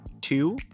Two